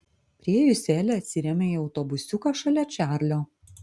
priėjusi elė atsirėmė į autobusiuką šalia čarlio